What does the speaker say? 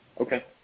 Okay